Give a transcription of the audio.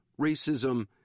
racism